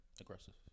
aggressive